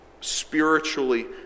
spiritually